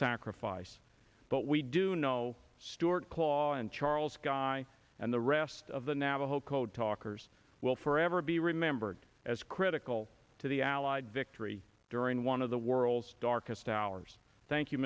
sacrifice but we do know stuart claw and charles guy and the rest of the navajo code talkers will forever be remembered as critical to the allied victory during one of the world's darkest hours thank you